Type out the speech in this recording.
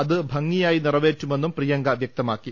അത് ഭംഗിയായി നിറവേറ്റുമെന്നും പ്രിയങ്ക വ്യക്തമാക്കി